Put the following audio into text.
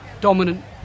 dominant